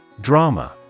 Drama